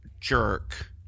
jerk